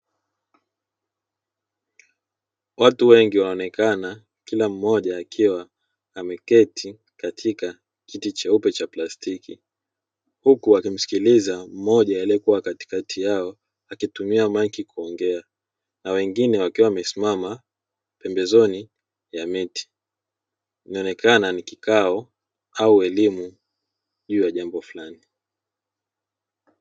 Watu wengi wanaonekana kila mmoja akiwa ameketi katika kiti cheupe cha plastiki wakimsikiliza mmoja aliyekua amesimama katikati ya miti inaonekana ni kikao au elimu juu ya jambo fulani.